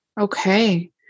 okay